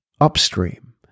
upstream